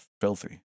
filthy